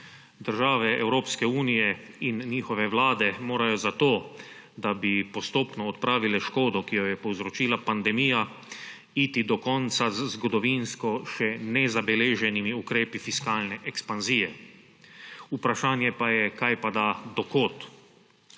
Države Evropske unije in njihove vlade morajo za to, da bi postopno odpravile škodo, ki jo je povzročila pandemija, iti do konca z zgodovinsko še nezabeleženimi ukrepi fiskalne ekspanzije. Vprašanje pa je kajpada, do kod.